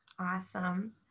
Awesome